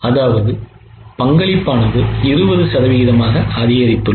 அதாவது பங்களிப்பானது 20 சதவிகிதமாக அதிகரித்துள்ளது